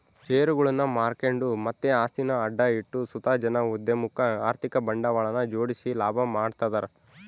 ಷೇರುಗುಳ್ನ ಮಾರ್ಕೆಂಡು ಮತ್ತೆ ಆಸ್ತಿನ ಅಡ ಇಟ್ಟು ಸುತ ಜನ ಉದ್ಯಮುಕ್ಕ ಆರ್ಥಿಕ ಬಂಡವಾಳನ ಜೋಡಿಸಿ ಲಾಭ ಮಾಡ್ತದರ